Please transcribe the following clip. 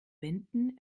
wenden